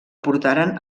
portaren